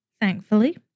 Thankfully